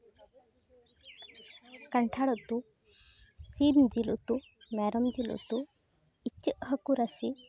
ᱠᱟᱱᱴᱷᱟᱲ ᱩᱛᱩ ᱥᱤᱢ ᱡᱤᱞ ᱩᱛᱩ ᱢᱮᱨᱚᱢ ᱡᱤᱞ ᱩᱛᱩ ᱤᱪᱟᱹᱜ ᱦᱟᱹᱠᱩ ᱨᱟᱥᱮ